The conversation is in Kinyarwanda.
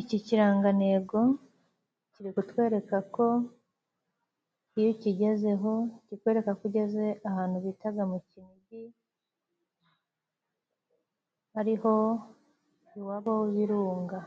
Iki kirangantego kiri kutwereka ko iyo ukigezeho kikwereka ko ugeze ahantu bitaga mu kinigi, ariho iwabo w'ibirunga